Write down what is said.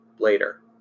Later